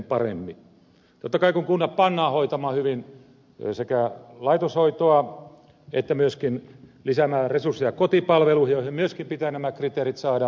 totta kai kun kunnat pannaan sekä hoitamaan hyvin laitoshoitoa että myöskin lisäämään resursseja kotipalveluihin joihin myöskin pitää nämä kriteerit saada niin maksaahan se